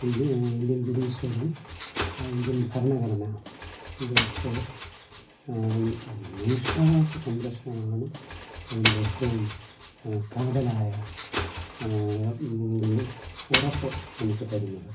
India Indian judiciary Indian ഭരണഘടന ഇതൊക്കെ മനുഷ്യവകാശ സംരക്ഷണമാണ് അതിൻ്റെ ഏറ്റവും കാതലായ ഒരു ഉറപ്പ് നമുക്ക് തരുന്നത്